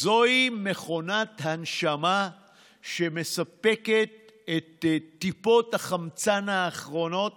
זאת מכונת הנשמה שמספקת את טיפות החמצן האחרונות